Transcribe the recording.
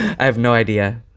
i have no idea.